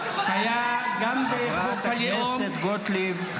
את יכולה לצאת, גברת, את יכולה לצאת.